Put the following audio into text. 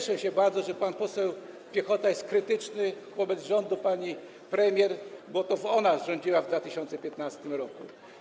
Bardzo się cieszę, że pan poseł Piechota jest krytyczny wobec rządu pani premier, bo to ona rządziła w 2015 r.